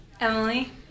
Emily